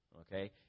Okay